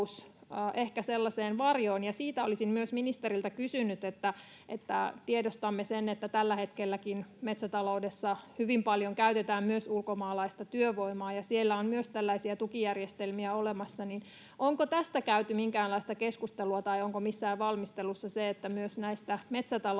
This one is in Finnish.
varjoon, ja siitä olisin myös ministeriltä kysynyt, kun tiedostamme sen, että tällä hetkelläkin metsätaloudessa hyvin paljon käytetään myös ulkomaalaista työvoimaa ja siellä on myös tällaisia tukijärjestelmiä olemassa: onko tästä käyty minkäänlaista keskustelua, tai onko missään valmistelussa se, että myös näistä metsätalouden